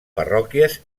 parròquies